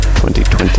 2020